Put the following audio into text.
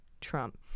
Trump